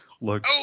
look